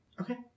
Okay